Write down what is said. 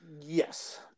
Yes